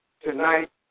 tonight